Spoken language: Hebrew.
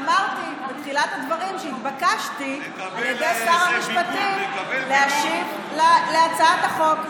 אמרתי בתחילת הדברים שנתבקשתי להשיב להצעת החוק.